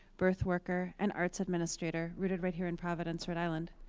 birth worker, and arts administrator, rooted right here in providence, rhode island.